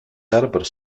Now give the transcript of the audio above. arbres